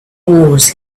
wars